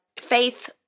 Faith